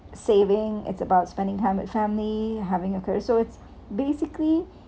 saving it's about spending time with family having occurred so it's basically